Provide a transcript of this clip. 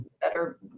better